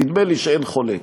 נדמה לי שאין חולק.